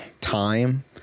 time